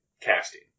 casting